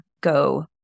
go